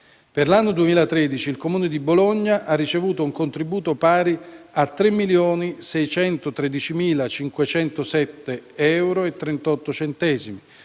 Per l'anno 2013, il Comune di Bologna ha ricevuto un contributo pari a euro 3.613.507,38,